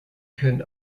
können